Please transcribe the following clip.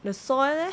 the soil leh